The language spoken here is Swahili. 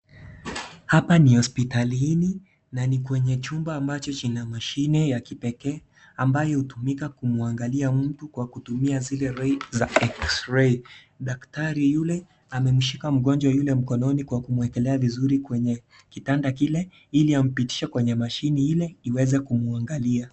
Hapa ni hospitalini, na ni kwenye chumba ambacho kina mashine ya kipekee ambayo hutumika kumwangalia mtu kwa kutumia zile cs(ray)cs za cs(xray), daktari yule amemshika mgonjwa yule mkononi kwa kumwekelea vizuri kwenye kitanda kile ili ampitishe kwenye mashine ile iweze kumwangalia.